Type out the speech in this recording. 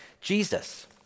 Jesus